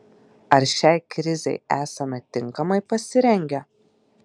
ar šiai krizei esame tinkamai pasirengę